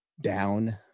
down